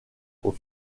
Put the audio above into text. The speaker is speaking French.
aux